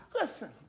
listen